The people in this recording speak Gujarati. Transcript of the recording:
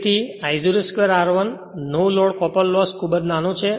તેથી તે I0 2 R1 નો લોડ કોપર લોસ ખૂબ જ નાનો છે